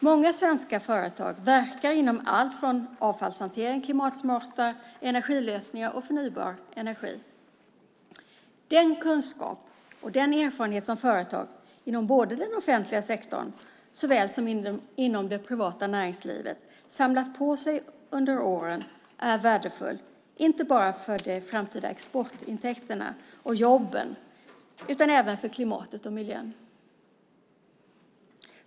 Många svenska företag verkar inom allt ifrån avfallshantering och klimatsmarta energilösningar till förnybar energi. Den kunskap och erfarenhet som företag inom såväl den offentliga sektorn som det privata näringslivet har samlat på sig under åren är värdefull, inte bara för framtida exportintäkter och jobb utan även för klimatet och miljön.